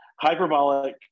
hyperbolic